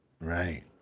Right